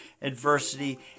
adversity